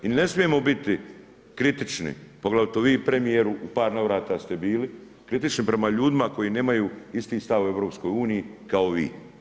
I ne smijemo biti kritični poglavito vi premijeru u par navrata ste bili kritični prema ljudima koji nemaju isti stav u EU kao vi.